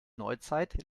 neuzeit